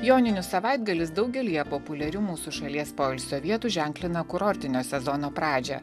joninių savaitgalis daugelyje populiarių mūsų šalies poilsio vietų ženklina kurortinio sezono pradžią